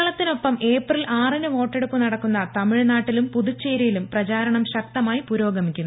കേരളത്തിനൊപ്പം April ആറിന് വോട്ടെടുപ്പ് നട ക്കുന്ന തമിഴ്നാട്ടിലും പുതുച്ചേരിയിലും പ്രചാരണം ശക്തമായി പുരോഗമിക്കുന്നു